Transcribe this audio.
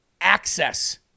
access